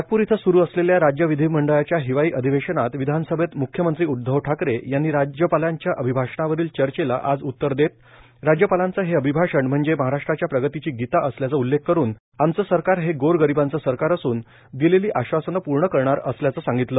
नागपूर इथं स्रू असलेल्या राज्य विधीमंडळाच्या हिवाळी अधिवेशनात विधानसभेत म्ख्यमंत्री उध्दव ठाकरे यांनी राज्यपालांच्या अभिभाषणावरील चर्चेला आज उत्तर देत राज्यपालांच हे अभिभाषण म्हणजे महाराष्ट्राच्या प्रगतीची गीता असल्याचा उल्लेख करून आमचं सरकार हे गोर गरीबांचं सरकार असून दिलेली आश्वासने पूर्ण करणार असल्याचं सांगितलं